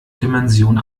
dimension